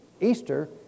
Easter